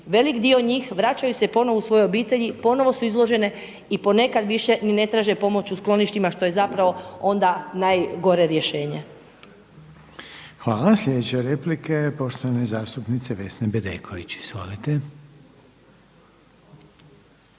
Velik dio njih vraćaju se ponovo u svoje obitelji, ponovo su izložene i ponekad više ni ne traže pomoć u skloništima što je zapravo onda najgore rješenje. **Reiner, Željko (HDZ)** Hvala. Sljedeća replika je poštovane zastupnice Vesne Bedeković.